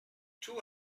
two